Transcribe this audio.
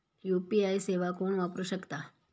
UPI सेवा कोण वापरू शकता?